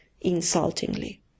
insultingly